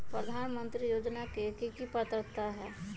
प्रधानमंत्री योजना के की की पात्रता है?